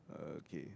uh okay